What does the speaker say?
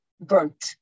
burnt